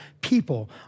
people